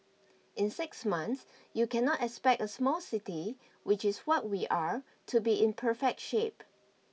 in six months you cannot expect a small city which is what we are to be in perfect shape